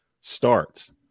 starts